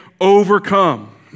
overcome